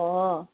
ꯑꯣ